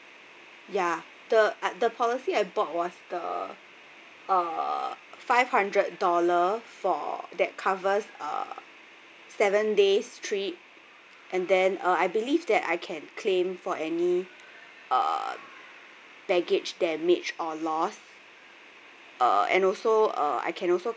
ya the uh the policy I bought was the uh five hundred dollar for that covers uh seven days trip and then uh I believe that I can claim for any uh baggage damage or loss uh and also uh I can also